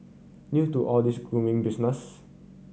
new to all this grooming business